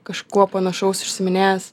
kažkuo panašaus užsiiminėjęs